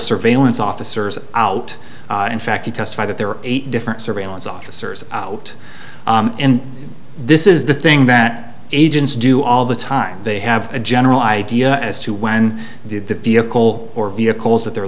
surveillance officers out in fact he testified that there are eight different surveillance officers out and this is the thing that agents do all the time they have a general idea as to when the vehicle or vehicles that they're